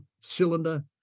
Cylinder